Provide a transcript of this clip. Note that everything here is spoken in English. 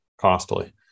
costly